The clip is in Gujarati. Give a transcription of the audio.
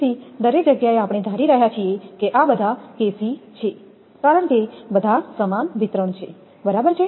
તેથી દરેક જગ્યાએ આપણે ધારી રહ્યા છીએ કે આ બધા kc છે કારણ કે બધા સમાન વિતરણ છે બરાબર